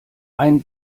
ein